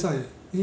做 ethics lah